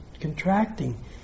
contracting